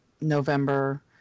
November